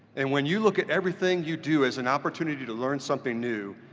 and when you look at everything you do as an opportunity to learn something new,